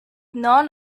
none